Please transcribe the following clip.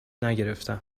نگرفتم